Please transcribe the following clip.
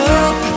up